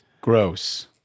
Gross